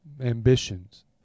ambitions